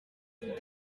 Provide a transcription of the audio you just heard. vous